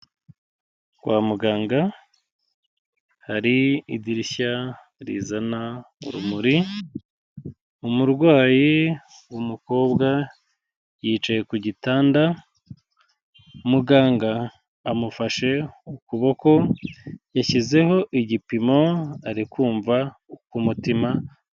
Kwa muganga hari idirishya rizana urumuri umurwayi w'umukobwa yicaye ku gitanda, muganga amufashe ukuboko yashyizeho igipimo ari kumva uko umutima.